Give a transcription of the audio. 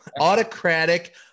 autocratic